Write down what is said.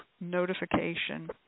notification